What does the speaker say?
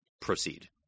proceed